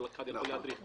כל אחד יכול להדריך.